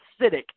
acidic